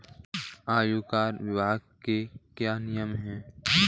आयकर विभाग के क्या नियम हैं?